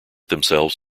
themselves